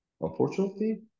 Unfortunately